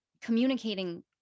communicating